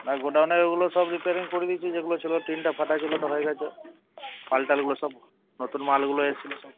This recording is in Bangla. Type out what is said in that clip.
গোডাউনেরগুলো সব রিপেয়ারিং করে দিয়েছি যেগুলো ছিলো টিনটা ফাটা ছিলো ওইটা হয়ে গেছে মালটালগুলো সব নতুন মালগুলো এসছিলো সব